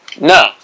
No